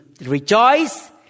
rejoice